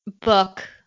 book